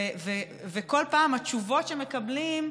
וכל פעם התשובות שמקבלים,